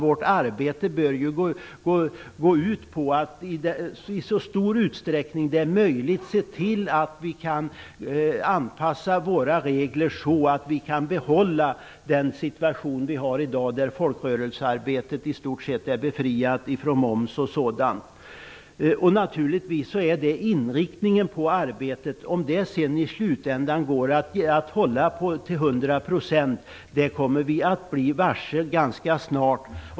Vårt arbete bör ju gå ut på att i så stor utsträckning som möjligt se till att vi kan anpassa våra regler så, att vi kan bevara dagens situation där folkrörelsearbetet i stort sett är befriat från moms. Det är naturligtvis inriktningen. Om det sedan i slutändan går att hålla till hundra procent kommer vi att bli varse ganska snart.